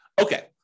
Okay